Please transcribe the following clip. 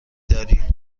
داری